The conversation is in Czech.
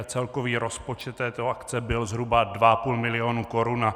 Celkový rozpočet této akce byl zhruba dva a půl milionu korun.